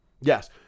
Yes